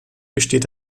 besteht